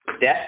death